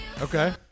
Okay